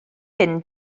hyn